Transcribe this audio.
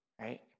Right